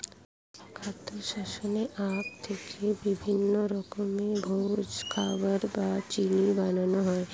খাদ্য, শস্য, আখ থেকে বিভিন্ন রকমের ভেষজ, খাবার বা চিনি বানানো হয়